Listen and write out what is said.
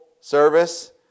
service